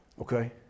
Okay